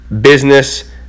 business